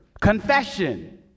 Confession